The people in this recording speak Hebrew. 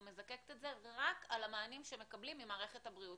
מזקקת את זה רק על המענים שמקבלים ממערכת הבריאות.